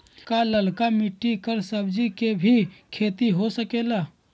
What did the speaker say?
का लालका मिट्टी कर सब्जी के भी खेती हो सकेला?